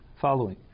following